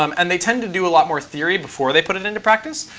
um and they tend to do a lot more theory before they put it into practice.